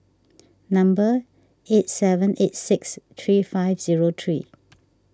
number eight seven eight six three five zero three